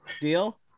deal